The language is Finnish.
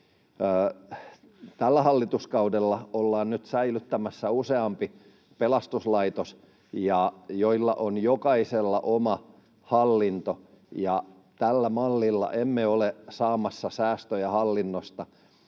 Tällä hallituskaudella ollaan nyt säilyttämässä useampi pelastuslaitos, joilla on jokaisella oma hallinto, ja tällä mallilla emme ole saamassa säästöjä hallinnosta.